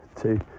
two